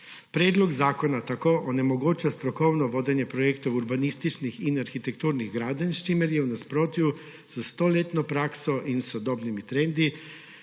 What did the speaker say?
Predlog zakona tako onemogoča strokovno vodenje projektov urbanističnih in arhitekturnih gradenj, s čimer je v nasprotju s stoletno prakso in sodobnimi trendi,